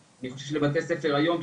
בתי ספר היום,